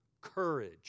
Courage